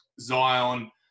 Zion